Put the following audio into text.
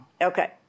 Okay